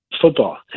football